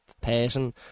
person